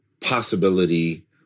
possibility